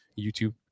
YouTube